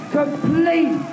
complete